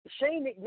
Shane